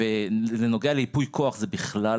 ובנוגע לייפוי כוח זה בכלל,